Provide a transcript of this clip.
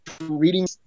reading